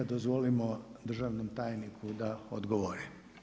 Dozvolimo državnom tajniku da odgovori.